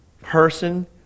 person